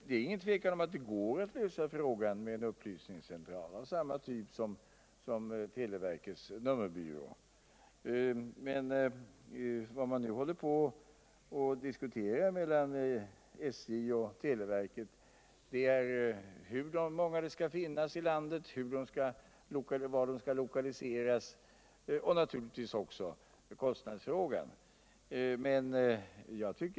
Det är inget tvivel om att det går att lösa problemen med en upplysningscentral av samma typ som televerkets nummerbyrå. Vad man nu håller på och diskuterar mellan SJ och televerket är hur många det skall finnas i landet, vart de skall lokaliseras och naturligtvis också kostnadsfrågan.